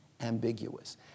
ambiguous